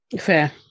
Fair